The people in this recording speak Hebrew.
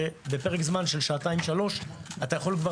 שבפרק זמן של שעתיים-שלוש אתה יכול כבר